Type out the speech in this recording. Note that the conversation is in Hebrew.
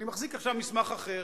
אני מחזיק עכשיו מסמך אחר,